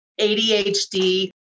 ADHD